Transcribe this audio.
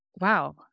wow